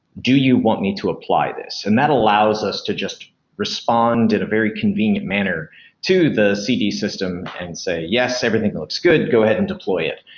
do you want me to apply this? and that allows us to just respond in a very convenient manner to the cd system and say, yes, everything looks good. go ahead and deploy it,